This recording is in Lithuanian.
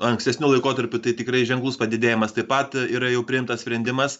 ankstesniu laikotarpiu tai tikrai ženklus padidėjimas taip pat yra jau priimtas sprendimas